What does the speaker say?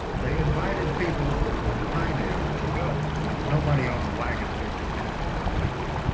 they invited people from pinedale to go, but nobody on the wagon wheel committee were allowed.